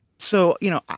so, you know,